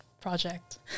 project